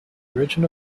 origin